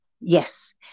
Yes